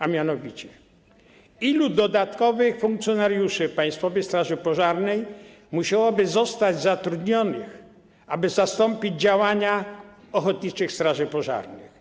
A mianowicie, ilu dodatkowych funkcjonariuszy Państwowej Straży Pożarnej musiałoby zostać zatrudnionych, aby zastąpić działania ochotniczych straży pożarnych?